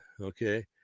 Okay